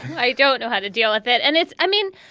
i don't know how to deal with it. and it's i mean,